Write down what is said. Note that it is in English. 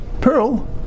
pearl